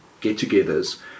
get-togethers